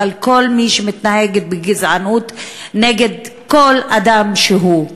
אבל כל מי שמתנהג בגזענות נגד כל אדם שהוא,